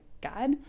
god